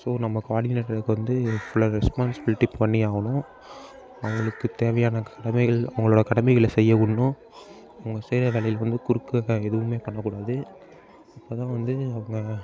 so நம்ம கோஆர்டினேட்டருக்கு வந்து ஃபுல்லாக ரெஸ்பான்ஸ்ப்லிட்டி பண்ணியாகணும் அவங்களுக்கு தேவையான கடமைகள் அவங்களோட கடமைகளை செய்ய விட்ணும் அவங்க செய்கிற வேலையில் வந்து குறுக்கக்கே எதுவுமே பண்ணக்கூடாது இப்போ தான் வந்து அவங்க